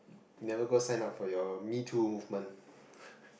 never go sign up for your metoo movement